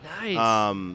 Nice